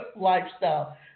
lifestyle